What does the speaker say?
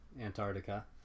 antarctica